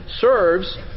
serves